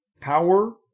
power